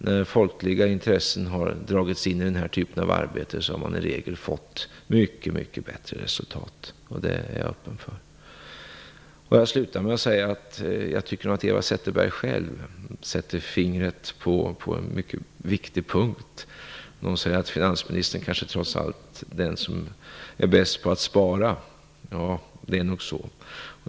När folkliga intressen har dragits in i denna typ av arbete har man i regel nått mycket bättre resultat. Låt mig sluta med att säga att jag tycker att Eva Zetterberg själv sätter fingret på en mycket viktig punkt när hon säger att finansministern kanske trots allt är den som är bäst på att spara. Det är nog så.